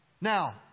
Now